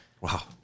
Wow